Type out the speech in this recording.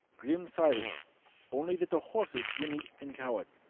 grim silence only that the horses whinnied and cowered,